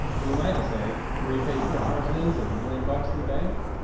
who am i to say? three paid for houses and a million bucks in the bank.